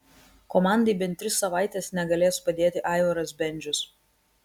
komandai bent tris savaites negalės padėti aivaras bendžius